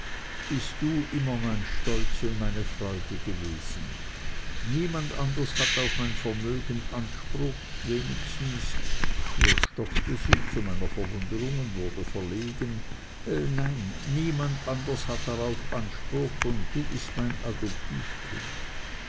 bist du immer mein stolz und meine freude gewesen niemand anders hat auf mein vermögen anspruch wenigstens hier stockte sie zu meiner verwunderung und wurde verlegen nein niemand anders hat darauf anspruch und du bist mein adoptivkind